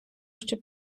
щоб